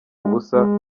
ubusa